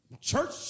church